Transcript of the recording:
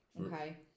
Okay